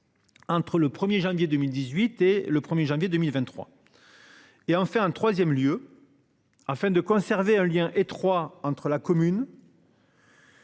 Entre le 1er janvier 2018 et le 1er janvier 2023. Et en fait un 3ème lieu. Afin de conserver un lien étroit entre la commune.